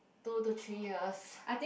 two to three years